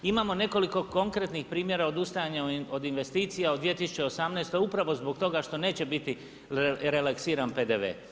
Imamo nekoliko konkretnih primjera odustajanja od investicija u 2018. upravo zbog toga što neće biti releksiran PDV.